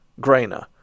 Grainer